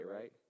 right